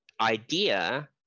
idea